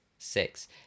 Six